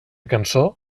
cançó